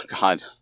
God